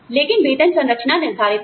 लेकिन वेतन संरचना निर्धारित है